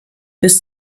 bis